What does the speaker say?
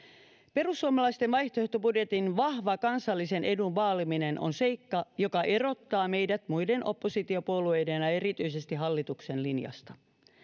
perussuomalaisten vaihtoehtobudjetin vahva kansallisen edun vaaliminen on seikka joka erottaa meidät muiden oppositiopuolueiden ja erityisesti hallituksen linjasta